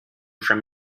from